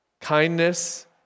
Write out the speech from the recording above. kindness